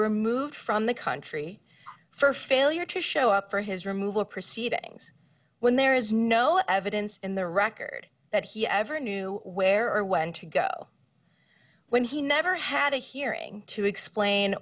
removed from the country for failure to show up for his removal proceedings when there is no evidence in the record that he ever knew where or when to go when he never had a hearing to explain